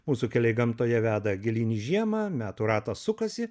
mūsų keliai gamtoje veda gilyn į žiemą metų ratas sukasi